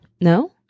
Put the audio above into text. No